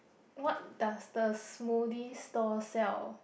what does the smoothie stall sell